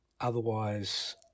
otherwise